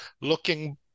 looking